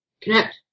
Connect